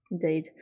indeed